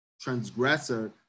transgressor